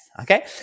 Okay